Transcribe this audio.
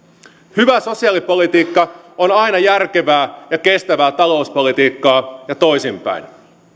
hyvä sosiaalipolitiikka on aina järkevää ja kestävää talouspolitiikkaa ja toisinpäin